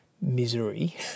misery